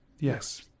Yes